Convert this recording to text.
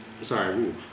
sorry